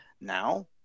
Now